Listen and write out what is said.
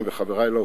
וחברי לאופוזיציה,